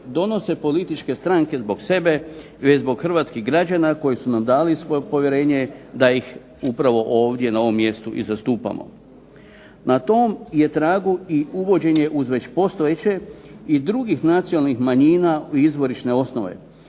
donose političke stranke zbog sebe već zbog hrvatskih građana koji su nam dali svoje povjerenje da ih upravo ovdje na ovom mjestu i zastupamo. Na tom je tragu i uvođenje uz već postojeće i drugih nacionalnih manjina u izvorišne osnove.